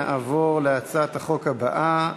נעבור להצעת החוק הבאה: